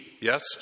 yes